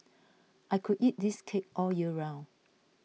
I could eat this cake all year round